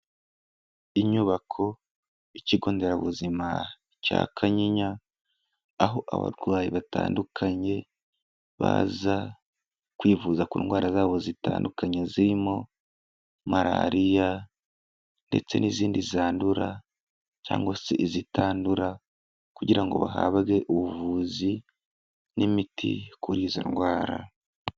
Inyubako y'ikigo nderabuzima cya Kanyinya, aho abarwayi batandukanye, baza kwivuza ku ndwara zabo zitandukanye, zirimo malariya ndetse n'izindi zandura cyangwa se izitandura kugira ngo bahabwe ubuvuzi n'imiti kuri izo ndwara.